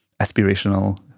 aspirational